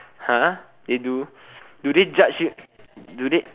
!huh! they do do they judge you do they